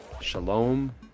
shalom